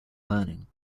learning